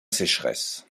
sécheresse